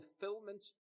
fulfillment